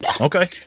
Okay